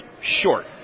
short